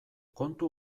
kontu